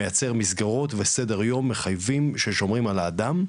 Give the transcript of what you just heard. מייצר מסגרות וסדר יום מחייבים ששומרים על האדם,